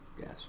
Yes